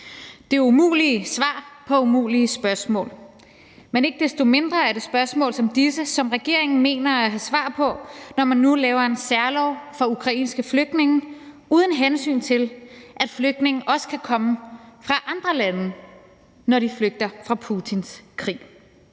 Det er umulige svar på umulige spørgsmål, men ikke desto mindre er det spørgsmål som disse, som regeringen mener at have svar på, når man nu laver en særlov for ukrainske flygtninge uden hensyn til, at flygtninge også kan komme fra andre lande, når de flygter fra Putins krig.